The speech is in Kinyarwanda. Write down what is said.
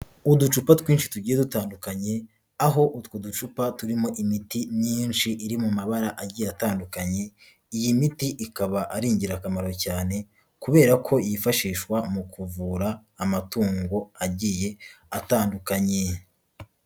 Uducupa twinshi tugiye dutandukanye, aho utwo ducupa turimo imiti myinshi iri mu mabara agiye atandukanye, iyi miti ikaba ari ingirakamaro cyane kubera ko yifashishwa mu kuvura amatungo agiye atandukanye.